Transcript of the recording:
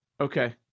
Okay